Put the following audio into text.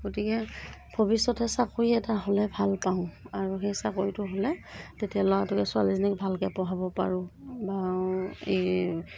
গতিকে ভৱিষ্যতে চাকৰি এটা হ'লে ভাল পাওঁ আৰু সেই চাকৰিটো হ'লে তেতিয়াহ'লে ল'ৰাটোকে ছোৱালীজনীকে ভালকৈ পঢ়াব পাৰোঁ বা অঁ এই